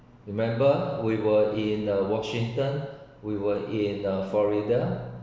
remember we were in uh washington we were in uh florida